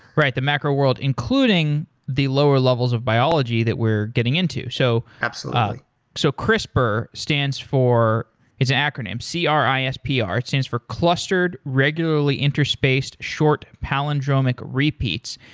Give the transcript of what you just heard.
right, the macro world, including the lower levels of biology that we're getting into. so absoluetly so crispr stands it's an acronym, c r i s p r, it stands for clustered regularly interspaced short palindromic repeats.